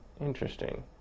interesting